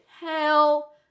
Hell